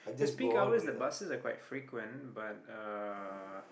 cause peak hours the buses are quite frequent but uh